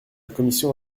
commission